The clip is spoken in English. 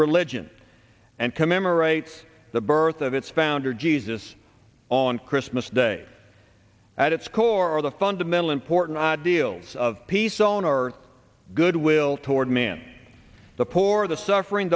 religion and commemorates the birth of its founder jesus on christmas day at its core the fundamental important ideals of peace on earth goodwill toward men the poor the suffering